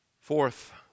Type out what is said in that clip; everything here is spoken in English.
Fourth